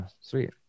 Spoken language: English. sweet